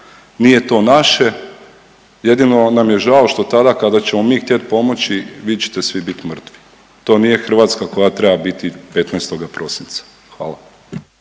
nije to naše jedino nam je žao što tada kada ćemo mi htjeti pomoći vi ćete svi biti mrtvi. To nije Hrvatska koja treba biti 15. prosinca. Hvala.